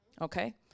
Okay